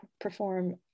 perform